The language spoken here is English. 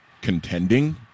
contending